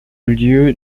lieu